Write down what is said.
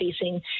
facing